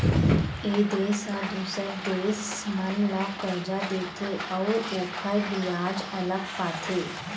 ए देश ह दूसर देश मन ल करजा देथे अउ ओखर बियाज अलग पाथे